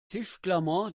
tischklammer